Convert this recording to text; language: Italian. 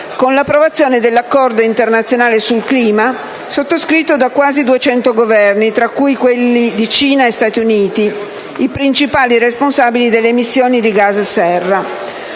con l'approvazione dell'accordo internazionale sul clima, sottoscritto da quasi duecento Governi, tra cui quelli di Cina e Stati Uniti, i principali responsabili delle emissioni di gas serra.